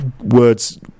words